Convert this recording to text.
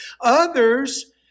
Others